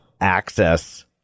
Access